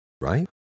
right